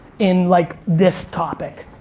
in like this topic.